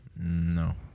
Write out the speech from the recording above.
no